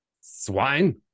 Swine